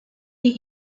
die